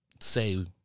say